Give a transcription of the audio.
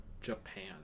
Japan